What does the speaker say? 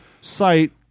site